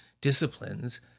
disciplines